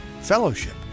fellowship